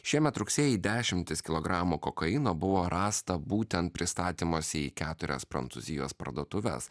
šiemet rugsėjį dešimtys kilogramų kokaino buvo rasta būtent pristatymuose į keturias prancūzijos parduotuves